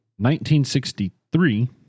1963